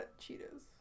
Cheetos